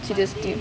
you just do